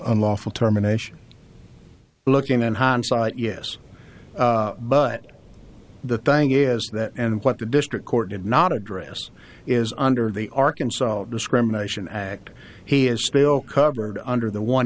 unlawful termination looking and hindsight yes but the thing is that and what the district court and not address is under the arkansas discrimination act he is still covered under the one